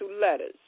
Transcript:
letters